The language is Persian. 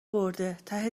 برده، ته